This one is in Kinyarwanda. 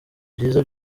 byiza